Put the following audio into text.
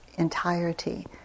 entirety